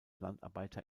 landarbeiter